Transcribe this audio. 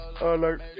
alert